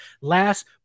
Last